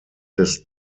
des